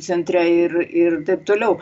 centre ir ir taip toliau